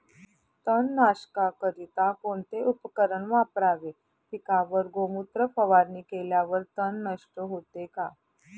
तणनाशकाकरिता कोणते उपकरण वापरावे? पिकावर गोमूत्र फवारणी केल्यावर तण नष्ट होते का?